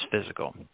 physical